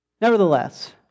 Nevertheless